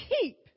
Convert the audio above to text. keep